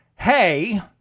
Hey